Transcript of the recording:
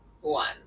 one